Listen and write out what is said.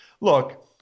Look